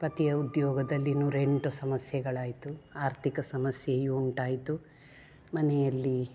ಪತಿಯ ಉದ್ಯೋಗದಲ್ಲಿ ನೂರೆಂಟು ಸಮಸ್ಯೆಗಳಯಿತು ಆರ್ಥಿಕ ಸಮಸ್ಯೆಯು ಉಂಟಾಯಿತು ಮನೆಯಲ್ಲಿ